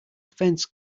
fence